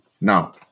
Now